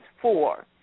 four